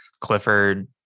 Clifford